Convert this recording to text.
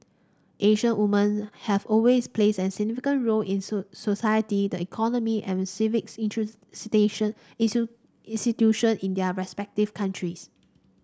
Asian woman have always plays a significant role in sole society the economy and civic institution in their respective countries